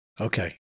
Okay